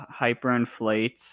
hyperinflates